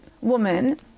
woman